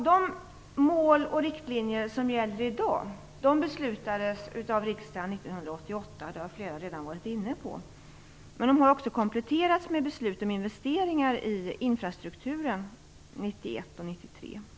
De mål och riktlinjer som gäller i dag beslutades av riksdagen 1988. Det har flera talare redan varit inne på. Men de har också kompletterats med beslut om investeringar i infrastrukturen 1991 och 1993.